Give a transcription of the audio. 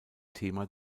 thema